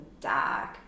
dark